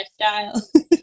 lifestyle